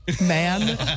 man